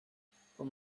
from